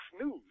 News